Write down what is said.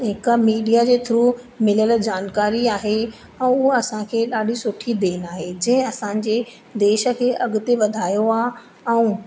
हिकु मीडिया जे थ्रू मिलियल जानकारी आहे ऐं उहो असांखे ॾाढी सुठी देन आहे जंहिं असांजे देश खे अॻिते वधायो आहे ऐं